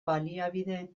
baliabide